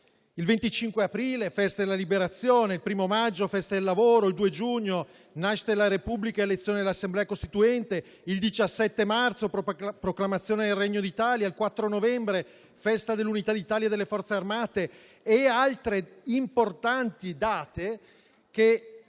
il 25 aprile, Festa della liberazione; il 1° maggio, Festa del lavoro; il 2 giugno, nascita della Repubblica ed elezione dell'Assemblea costituente; il 17 marzo, proclamazione del Regno d'Italia; il 4 novembre, Festa dell'unità d'Italia e delle Forze armate e altre importanti date che